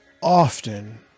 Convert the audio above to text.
often